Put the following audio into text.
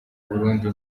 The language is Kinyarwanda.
burundi